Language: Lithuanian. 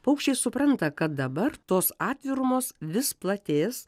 paukščiai supranta kad dabar tos atvirumos vis platės